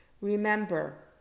remember